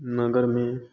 नगर में